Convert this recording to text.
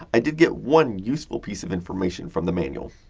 i did get one useful piece of information from the manual.